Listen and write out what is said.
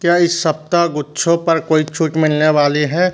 क्या इस सप्ताह गुच्छों पर कोई छूट मिलने वाली है